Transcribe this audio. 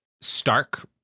stark